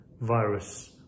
virus